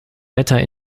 wetter